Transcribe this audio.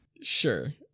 Sure